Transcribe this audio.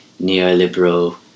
neoliberal